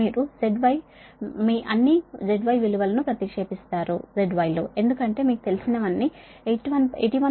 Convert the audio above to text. మీరు Z Y మీరు అన్ని Z Y విలువలను ప్రతిక్షేపిస్తారు ఎందుకంటే మీకు తెలిసినవన్నీ81